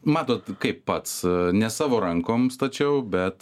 matot kaip pats ne savo rankom stačiau bet